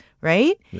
right